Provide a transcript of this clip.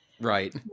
Right